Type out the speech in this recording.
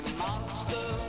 monster